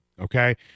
Okay